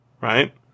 right